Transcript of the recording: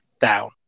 down